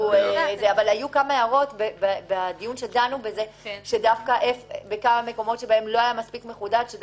את המקומות שלא היה מספיק מחודד בהם שזה